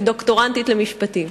כדוקטורנטית למשפטים.